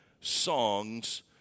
songs